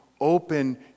open